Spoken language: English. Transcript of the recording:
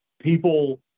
people